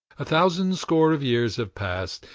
a thousand score of years have passed,